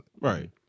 Right